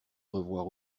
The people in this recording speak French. revoir